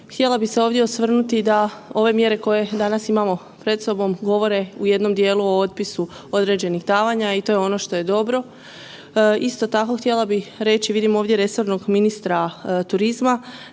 Htjela bi se ovdje osvrnuti da ove mjere koje danas imamo pred sobom govore u jednom dijelu o otpisu određenih davanja i to je ono što je dobro. Isto tako htjela bi reći, vidim ovdje resornog ministra turizma,